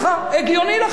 הגיוני לחלוטין.